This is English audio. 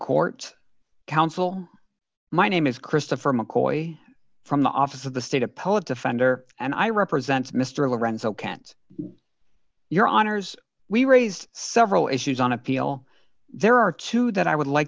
court counsel my name is christopher mccoy from the office of the state appellate defender and i represent mr lorenzo can't your honors we raised several issues on appeal there are two that i would like